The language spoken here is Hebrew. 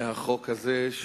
מהחוק הזה,